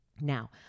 now